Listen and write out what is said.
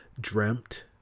dreamt